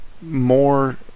more